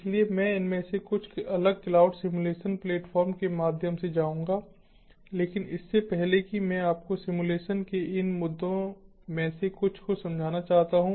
इसलिए मैं इनमें से कुछ अलग क्लाउड सिम्युलेशन प्लेटफार्मों के माध्यम से जाऊंगा लेकिन इससे पहले कि मैं आपको सिम्युलेशन के इन मुद्दों में से कुछ को समझाना चाहता हूं